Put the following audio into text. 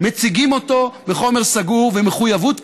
מציגים אותו בחדר סגור ומחויבות כזאת,